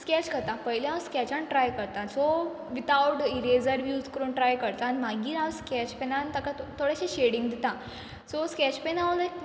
sketch करता पयली हांव स्कॅचान ट्राय करता सो वितावड इरेजर बी यूज करून ट्राय करता आन मागीर हांव स्कॅच पॅनान ताका तो थोडेशें शेडींग दिता सो स्कॅच पॅन हांव लायक